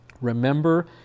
Remember